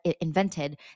invented